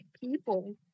people